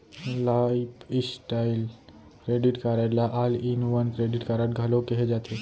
lifestyle credit card ल all in one credit card घलो केहे जाथे